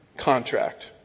contract